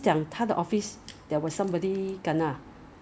so maybe 有 sixty level so 其中一个 level 中 right